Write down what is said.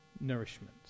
nourishment